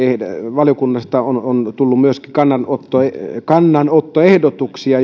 valiokunnasta on on tullut myöskin kannanottoehdotuksia